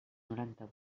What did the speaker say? noranta